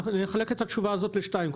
אני אחלק את התשובה לשניים, ברשותכם.